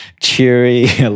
cheery